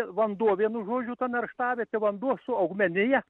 vanduo vienu žodžiu ta nerštavietė vanduo su augmenija